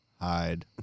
hide